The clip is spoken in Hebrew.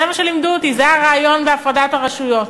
זה מה שלימדו אותי, זה הרעיון בהפרדת הרשויות.